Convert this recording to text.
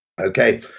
okay